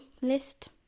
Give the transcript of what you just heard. list